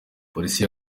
polisi